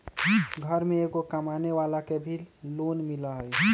घर में एगो कमानेवाला के भी लोन मिलहई?